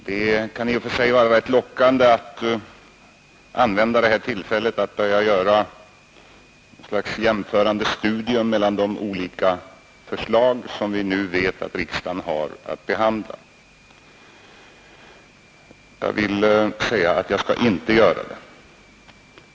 Herr talman! Det kunde i och för sig vara rätt lockande att använda detta tillfälle till att göra något slags jämförande studier av de olika förslag som vi vet att riksdagen får att behandla. Jag skall inte göra det.